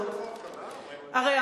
הרוב.